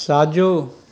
साजो